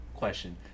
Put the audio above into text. Question